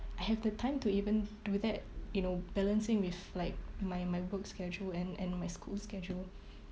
I have the time to even do that you know balancing with like my my work schedule and and my school schedule